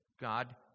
God